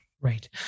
right